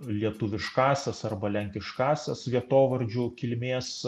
lietuviškąsias arba lenkiškąsias vietovardžių kilmės